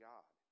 God